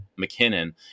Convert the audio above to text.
McKinnon